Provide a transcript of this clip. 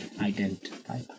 Identify